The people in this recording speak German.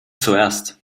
zuerst